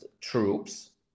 troops